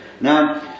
Now